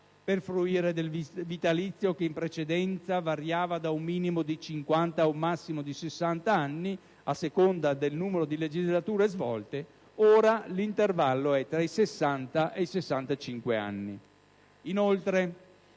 per fruire del vitalizio, che in precedenza variava da un minimo di 50 a un massimo di 60 anni, a seconda del numero di legislature svolte, mentre ora l'intervallo è tra i 60 e i 65 anni.